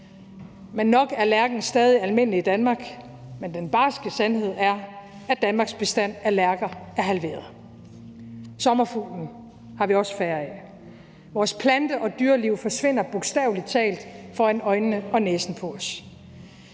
og nok er lærken stadig almindelig i Danmark, men den barske sandhed er, at Danmarks bestand af lærker er halveret. Sommerfugle har vi også færre af. Vores plante- og dyreliv forsvinder bogstavelig talt foran øjnene og næsen på os.